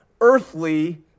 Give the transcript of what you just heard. earthly